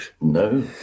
No